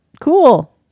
cool